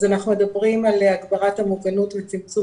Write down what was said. אז אנחנו מדברים על הגברת המוגנות וצמצום